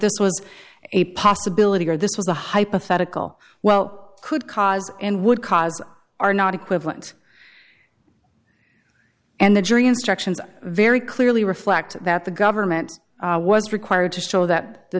this was a possibility or this was a hypothetical well could cause and would cause are not equivalent and the jury instructions very clearly reflect that the government was required to show that the